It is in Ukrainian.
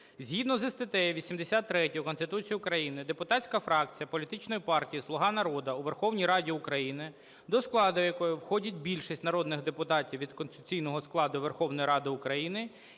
Згідно зі статтею 83 Конституції України депутатська фракція політичної партії "Слуга народу" у Верховній Раді України, до складу якої входить більшість народних депутатів від конституційного складу Верховної Ради України